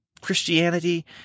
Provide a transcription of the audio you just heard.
Christianity